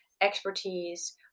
expertise